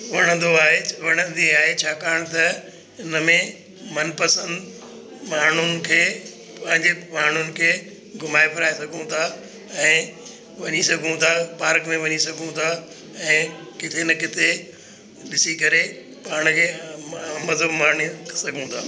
वणंदो आहे वणंदी आहे छाकाणि त इन में मनपसंदि माण्हुनि खे पंहिंजे माण्हुनि खे घुमाए फिराए सघूं था ऐं वञी सघूं था पार्क में वञी सघूं था ऐं किथे न किथे ॾिसी करे पाण खे मज़ो माणे सघूं था